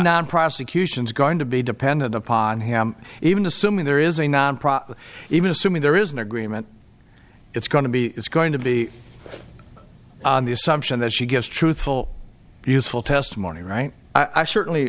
non prosecution is going to be dependent upon him even assuming there is a nonprofit even assuming there is an agreement it's going to be it's going to be on the assumption that she gets truthful useful testimony right i certainly